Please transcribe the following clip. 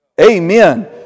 Amen